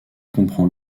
comprend